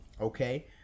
Okay